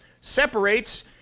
separates